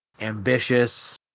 ambitious